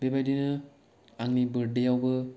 बेबादिनो आंनि बोरदे आवबो